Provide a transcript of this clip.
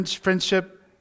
Friendship